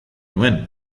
nuen